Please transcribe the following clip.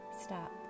stop